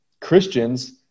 Christians